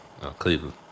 Cleveland